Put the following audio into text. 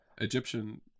egyptian